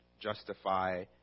justify